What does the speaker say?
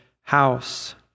house